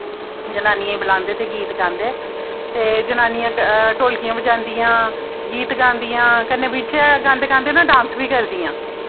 जनानियें बलांदे ते गीत गांदे ते जनानियां ढोलकियां बजांदियां गीत गांदियां कन्नै बिच गांदे गांदे ना डांस बी करदियां